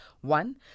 One